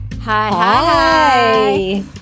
Hi